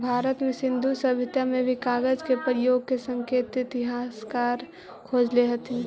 भारत में सिन्धु सभ्यता में भी कागज के प्रयोग के संकेत इतिहासकार खोजले हथिन